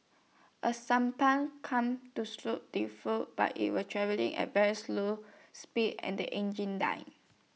A sampan come to stow the fool but IT was travelling at very slew speed and the engine died